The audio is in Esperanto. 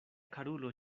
karulo